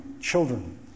children